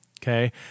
Okay